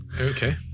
okay